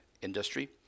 industry